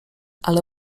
ale